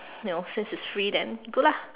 you know since it's free then good lah